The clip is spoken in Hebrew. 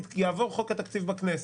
יעבור חוק התקציב בכנסת.